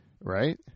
right